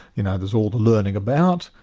you know, there's all the learning about,